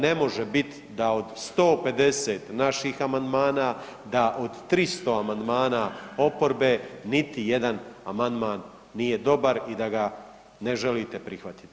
Ne može bit da od 150 naših amandmana, da od 300 amandmana oporbe niti jedan amandman nije dobar i da ga ne želite prihvatiti.